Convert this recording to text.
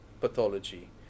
pathology